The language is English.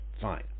fine